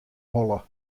holle